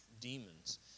demons